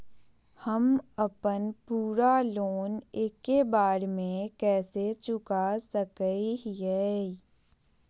हम अपन पूरा लोन एके बार में कैसे चुका सकई हियई?